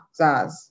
Zaz